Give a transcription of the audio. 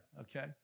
okay